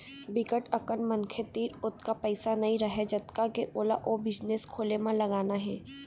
बिकट अकन मनखे तीर ओतका पइसा नइ रहय जतका के ओला ओ बिजनेस खोले म लगाना हे